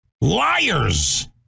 liars